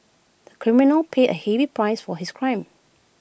the criminal paid A heavy price for his crime